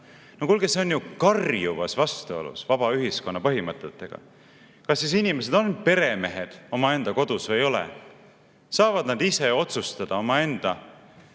No kuulge! See on karjuvas vastuolus vaba ühiskonna põhimõtetega. Kas inimesed on siis peremehed omaenda kodus või ei ole? Saavad nad ise otsustada omaenda